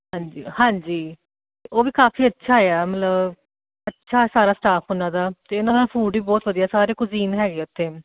ਹਾਂਜੀ ਹਾਂਜੀ ਉਹ ਵੀ ਕਾਫੀ ਅੱਛਾ ਆ ਮਤਲਬ ਅੱਛਾ ਸਾਰਾ ਸਟਾਫ਼ ਉਹਨਾਂ ਦਾ ਅਤੇ ਉਹਨਾਂ ਦਾ ਫੂਡ ਵੀ ਬਹੁਤ ਵਧੀਆ ਸਾਰੇ ਕੁਜੀਨ ਹੈਗੇ ਆ ਉਥੇ